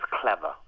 clever